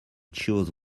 choose